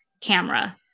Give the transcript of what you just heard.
camera